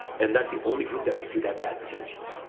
and that's the only group that would see that ad potentially.